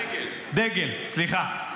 דגל, סליחה.